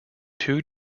two